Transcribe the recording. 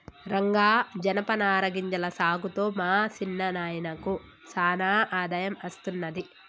రంగా జనపనార గింజల సాగుతో మా సిన్న నాయినకు సానా ఆదాయం అస్తున్నది